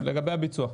לגבי הביצוע.